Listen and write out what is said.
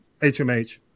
HMH